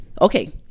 okay